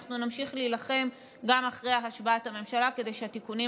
אנחנו נמשיך להילחם גם אחרי השבעת הממשלה כדי שהתיקונים